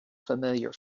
familiar